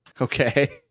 Okay